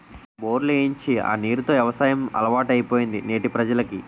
బోర్లు ఏయించి ఆ నీరు తో యవసాయం అలవాటైపోయింది నేటి ప్రజలకి